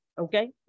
okay